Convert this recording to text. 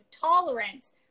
tolerance